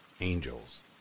angels